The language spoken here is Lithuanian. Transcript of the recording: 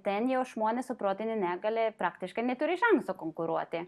ten jau žmonės su protine negalia praktiškai neturi šansų konkuruoti